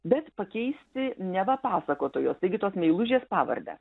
bet pakeisti neva pasakotojos taigi tos meilužės pavardę